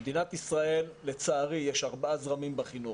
מדינת ישראל, לצערי יש ארבעה זרמים בחינוך.